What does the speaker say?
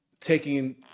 taking